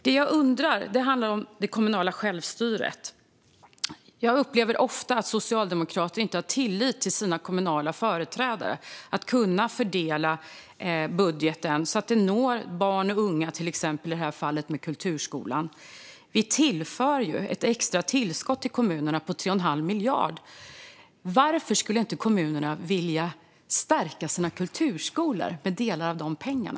Det jag undrar över är det kommunala självstyret. Jag upplever ofta att socialdemokrater inte har tillit till sina kommunala företrädare att fördela budgeten så att den når barn och unga, till exempel i det här fallet med kulturskolan. Vi tillför ju ett extra tillskott till kommunerna på 3 1⁄2 miljard. Varför skulle inte kommunerna vilja stärka sina kulturskolor med delar av de pengarna?